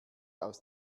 aus